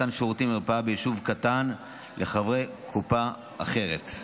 מתן שירותים במרפאה ביישוב קטן לחברי קופה אחרת).